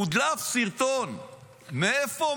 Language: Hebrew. הודלף סרטון, מאיפה?